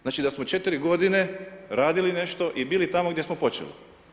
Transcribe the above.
Znači da smo 4 godine radili nešto i bili tamo gdje smo počeli.